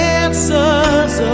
answers